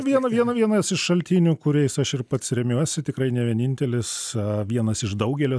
vieną vieną vienas iš šaltinių kuriais aš ir pats remiuosi tikrai ne vienintelis vienas iš daugelio